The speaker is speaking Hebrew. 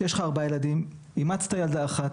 יש לך ארבעה ילדים, אימצת ילדה אחת,